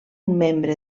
membre